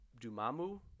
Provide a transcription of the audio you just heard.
dumamu